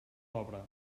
l’obra